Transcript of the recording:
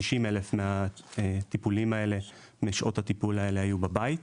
90 אלף משעות הטיפול האלה היו בבית.